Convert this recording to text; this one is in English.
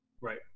Right